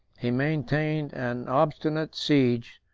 he maintained an obstinate siege,